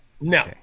no